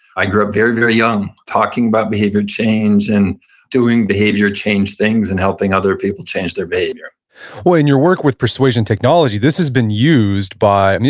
i grew up very, very young talking about behavior change and doing behavior change things and helping other people change their behavior well, and your work with persuasion technology, this has been used by, and yeah